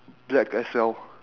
black as well